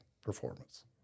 performance